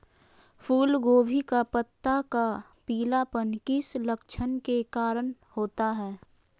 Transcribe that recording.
फूलगोभी का पत्ता का पीलापन किस लक्षण के कारण होता है?